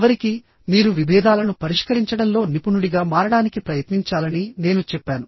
చివరికి మీరు విభేదాలను పరిష్కరించడంలో నిపుణుడిగా మారడానికి ప్రయత్నించాలని నేను చెప్పాను